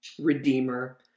redeemer